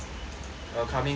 uh coming coming